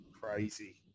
crazy